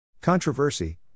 Controversy